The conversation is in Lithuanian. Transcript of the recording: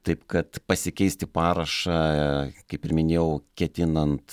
taip kad pasikeisti parašą kaip ir minėjau ketinant